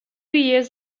years